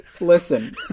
Listen